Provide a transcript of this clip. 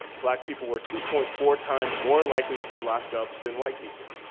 black people were two point four times more likely to be locked up than white people.